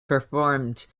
performed